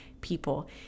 people